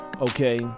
Okay